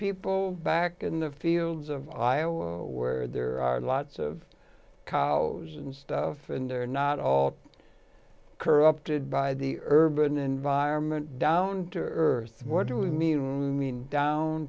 people back in the fields of iowa where there are lots of cow and stuff and they're not all corrupted by the urban environment down to earth what do we mean and mean down